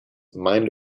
mind